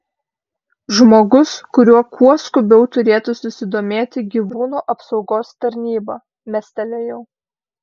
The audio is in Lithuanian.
žmogus kuriuo kuo skubiau turėtų susidomėti gyvūnų apsaugos tarnyba mestelėjau